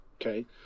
Okay